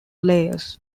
layers